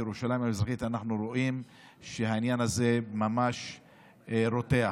בירושלים המזרחית אנחנו רואים שהעניין הזה ממש רותח.